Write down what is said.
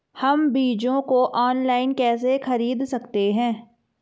हम बीजों को ऑनलाइन कैसे खरीद सकते हैं?